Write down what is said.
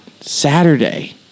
Saturday